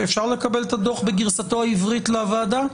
אפשר לקבל את הדוח בגרסתו העברית לוועדה?